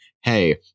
hey